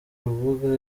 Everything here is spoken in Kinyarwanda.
rubuga